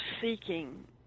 seeking